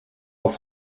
auf